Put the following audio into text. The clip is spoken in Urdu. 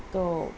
تو